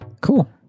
Cool